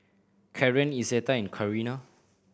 Karren Izetta and Carina